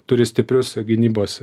turi stiprius gynybos